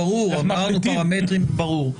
ברור.